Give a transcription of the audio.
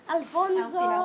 Alfonso